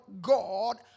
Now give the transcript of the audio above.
God